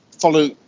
Follow